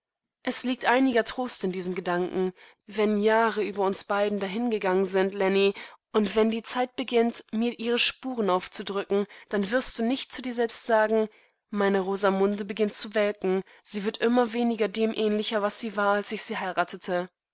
es liegt einiger trost in diesem gedanken wenn jahreüberunsbeidendahingegangensind lenny undwenndiezeitbeginnt mirihre spuren aufzudrücken dann wirst du nicht zu dir selbst sagen meine rosamunde beginnt zu welken sie wird immer weniger dem ähnlicher was sie war als ich sie heiratete